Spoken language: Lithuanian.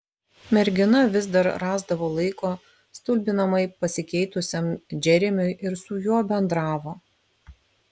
mergina vis dar rasdavo laiko stulbinamai pasikeitusiam džeremiui ir su juo bendravo